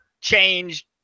change